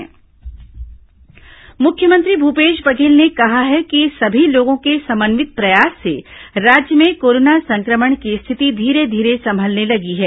मुख्यमंत्री कोरोना समीक्षा मुख्यमंत्री भूपेश बघेल ने कहा है कि सभी लोगों के समन्वित प्रयास से राज्य में कोरोना संक्रमण की स्थिति धीरे धीरे संभलने लगी है